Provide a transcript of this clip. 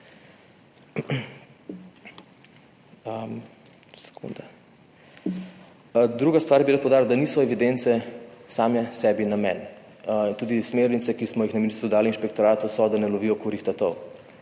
Druga stvar, bi rad poudaril, da niso evidence same sebi namen in tudi smernice, ki smo jih na ministrstvu dali inšpektoratu, so, da ne lovijo kurjih tatov.